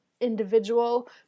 individual